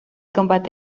combate